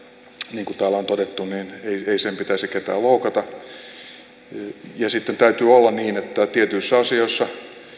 niin kuin täällä on todettu ei ei sen pitäisi ketään loukata sitten täytyy olla niin että tietyissä asioissa